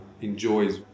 enjoys